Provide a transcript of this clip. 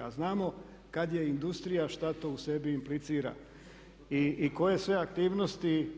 A znamo kad je industrija šta to u sebi implicira i koje sve aktivnosti